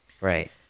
Right